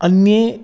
अन्ये